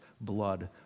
blood